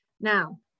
now